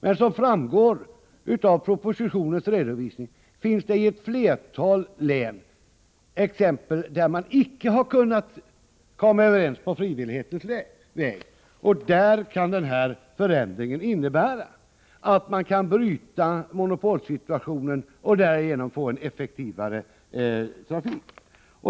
Men som framgår av redovisningen i propositionen finns det i ett flertal län exempel på att man icke har kunnat komma överens på frivillighetens väg. Där kan förändringen innebära att man kan bryta monopolsituationen och därigenom få en effektivare trafik.